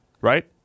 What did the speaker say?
right